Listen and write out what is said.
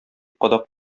кадак